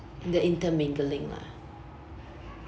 the intermingling lah